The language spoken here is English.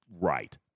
right